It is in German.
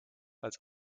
als